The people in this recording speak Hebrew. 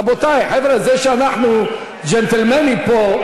רבותי, חבר'ה, זה שאנחנו ג'נטלמנים פה,